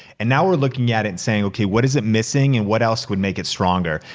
and now we're looking at it saying, okay, what is it missing and what else would make it stronger?